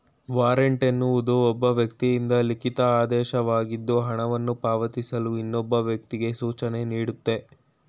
warrant ಎನ್ನುವುದು ಒಬ್ಬ ವ್ಯಕ್ತಿಯಿಂದ ಲಿಖಿತ ಆದೇಶವಾಗಿದ್ದು ಹಣವನ್ನು ಪಾವತಿಸಲು ಇನ್ನೊಬ್ಬ ವ್ಯಕ್ತಿಗೆ ಸೂಚನೆನೀಡುತ್ತೆ